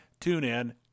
TuneIn